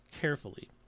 carefully